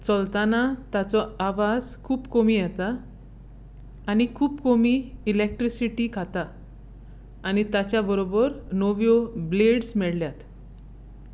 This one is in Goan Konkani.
चलताना ताचो आवाज खूब कमी येता आनी खूब कमी इलॅक्ट्रिसिटी खाता आनी ताच्या बरोबर नव्यो ब्लेड्स मेळ्ळ्यात